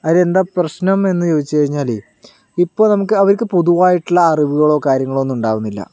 അതിനെന്താണ് പ്രശ്നം എന്ന് ചോദിച്ചു കഴിഞ്ഞാൽ ഇപ്പോൾ നമുക്ക് അവർക്ക് പൊതുവായിട്ടുള്ള അറിവുകളോ കാര്യങ്ങളോ ഒന്നും ഉണ്ടാകുന്നില്ല